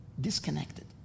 Disconnected